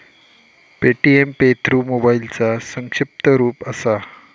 Paytm pay through मोबाईलचा संक्षिप्त रूप असा